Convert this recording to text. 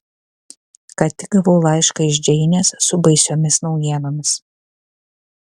ką tik gavau laišką iš džeinės su baisiomis naujienomis